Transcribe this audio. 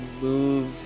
move